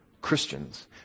Christians